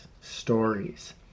stories